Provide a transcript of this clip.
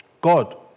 God